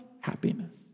happiness